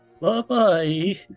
Bye-bye